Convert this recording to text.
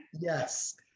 Yes